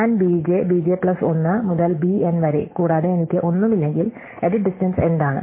ഞാൻ b j b j plus 1 മുതൽ b n വരെ കൂടാതെ എനിക്ക് ഒന്നുമില്ലെങ്കിൽ എഡിറ്റ് ഡിസ്റ്റ്ടെൻസ് എന്താണ്